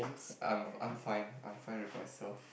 I'm I'm fine I'm fine with myself